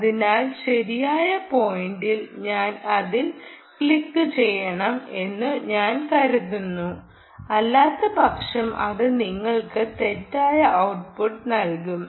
അതിനാൽ ശരിയായ പോയിന്റിൽ ഞാൻ അതിൽ ക്ലിക്കുചെയ്യണം എന്നു ഞാൻ കരുതുന്നു അല്ലാത്തപക്ഷം അത് നിങ്ങൾക്ക് തെറ്റായ ഔട്ട്പുട്ട് നൽകും